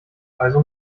also